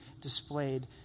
displayed